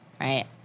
right